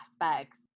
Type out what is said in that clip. aspects